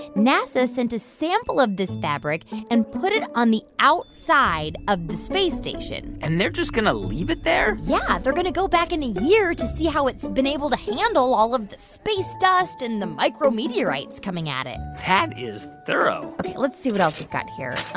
nasa sent a sample of this fabric and put it on the outside of the space station and they're just going to leave it there? yeah. they're going to go back in a year to see how it's been able to handle all of the space dust and the micrometeorites coming at it that is thorough ok. let's see what else we've got here.